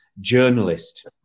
journalist